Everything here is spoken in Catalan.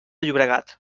llobregat